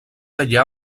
allà